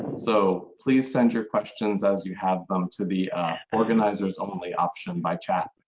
so please send your questions as you have them to the organizer's only option by chat.